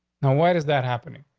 now, what is that happening?